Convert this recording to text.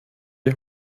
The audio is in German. die